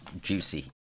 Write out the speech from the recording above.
juicy